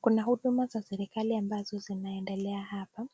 Kuna huduma za serekali ambazo zinaendelea hapa.